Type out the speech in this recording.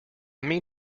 mean